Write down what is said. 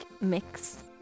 mix